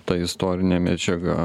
ta istorine medžiaga